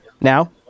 now